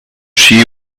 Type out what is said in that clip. see